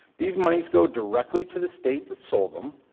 these monies go directly to the state that sold them,